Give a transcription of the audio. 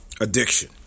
addiction